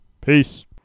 Peace